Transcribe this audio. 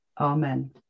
Amen